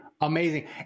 amazing